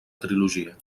trilogia